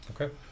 Okay